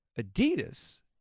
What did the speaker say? Adidas